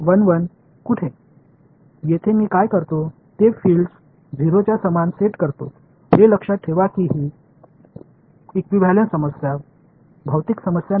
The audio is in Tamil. இங்கே நான் என்ன செய்கிறேன் என்றால் புலங்களை 0 க்கு சமமாக அமைக்கிறேன் என்பதை நினைவில் கொள்ளுங்கள் இது எப்படி இகுவளென்ட் பிரச்சினை பிஸிக்கல் அல்ல